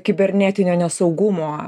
kibernetinio nesaugumo